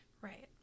Right